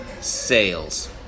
sales